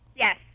Yes